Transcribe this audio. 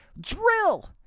Drill